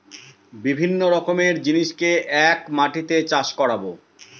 বিভিন্ন রকমের জিনিসকে এক মাটিতে চাষ করাবো